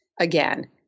again